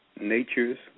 Natures